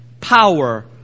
power